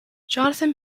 jonathan